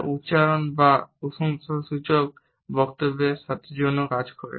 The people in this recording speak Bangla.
যা উচ্চারণ বা প্রশংসাসূচক বক্তব্যের জন্য কাজ করে